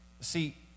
See